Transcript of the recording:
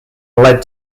led